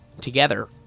together